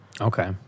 okay